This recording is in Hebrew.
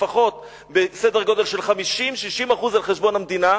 לפחות בסדר-גודל של 50% 60% על חשבון המדינה,